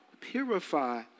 purify